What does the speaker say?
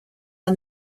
are